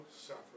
suffer